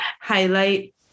highlight